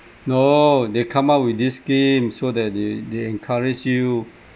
no they come up with this scheme so that they they encourage you